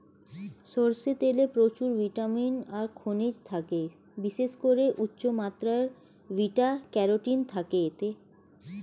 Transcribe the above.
সরষের তেলে প্রচুর ভিটামিন ও খনিজ থাকে, বিশেষ করে উচ্চমাত্রার বিটা ক্যারোটিন থাকে এতে